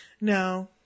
No